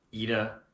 Ida